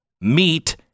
meat